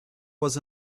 was